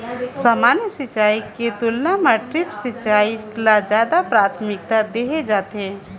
सामान्य सिंचाई के तुलना म ड्रिप सिंचाई ल ज्यादा प्राथमिकता देहे जाथे